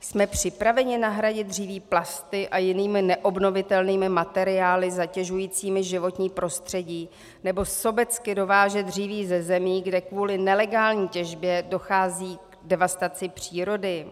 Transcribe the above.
Jsme připraveni nahradit dříví plasty a jinými neobnovitelnými materiály zatěžujícími životní prostředí nebo sobecky dovážet dříví ze zemí, kde kvůli nelegální těžbě dochází k devastaci přírody?